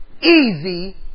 easy